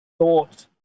thought